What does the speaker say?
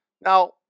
Now